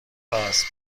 راس